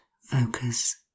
focus